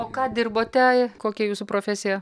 o ką dirbote kokia jūsų profesija